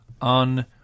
on